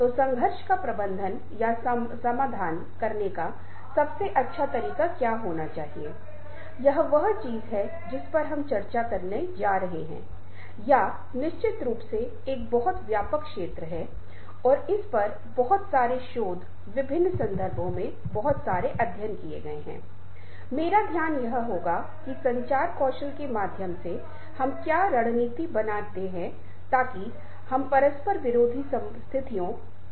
और जो कोई भी इसके माध्यम से जाता है वह यह पहचानने में सक्षम होगा कि परीक्षा के दृष्टिकोण से किन क्षेत्रों को फिर से कवर करने की आवश्यकता है हो सकता है कि अगर आप विशिष्ट चीजें करने का इरादा रखते हैं या विशिष्ट को प्राप्त करने का इरादा रखते हैं तो हम कौशल कहें जो व्याख्यान जिन्हे फिरसे देखना होगा और किन आंकों पर चर्चा की जरूरत है